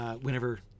whenever